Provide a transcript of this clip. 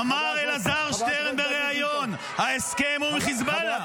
אמר אלעזר שטרן בריאיון: ההסכם הוא עם חיזבאללה.